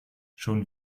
schon